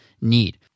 need